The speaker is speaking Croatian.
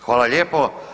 Hvala lijepo.